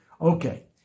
Okay